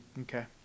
Okay